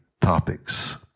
topics